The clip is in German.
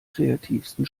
kreativsten